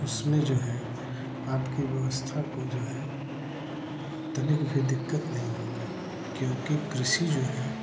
उसमें जो है आपकी व्यवस्था को जो है तनिक भी दिक्कत नहीं होगी क्योंकि कृषि जो है